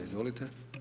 Izvolite.